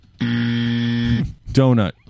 Donut